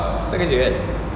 tak kerja kan